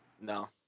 No